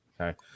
Okay